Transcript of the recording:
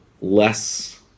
less